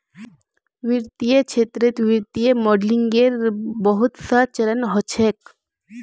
वित्तीय क्षेत्रत वित्तीय मॉडलिंगेर बहुत स चरण ह छेक